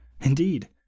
Indeed